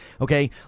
Okay